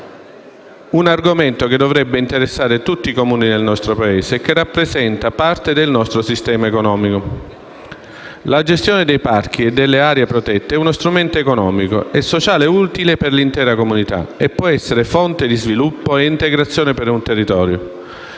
un argomento che dovrebbe interessare tutti i Comuni del nostro Paese e che rappresenta parte del nostro sistema economico. La gestione dei parchi e delle aree protette è uno strumento economico e sociale utile per l'intera comunità e può essere fonte di sviluppo e di integrazione per un territorio,